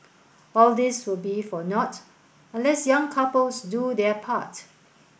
all this will be for naught unless young couples do their part